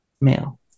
male